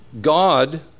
God